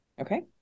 Okay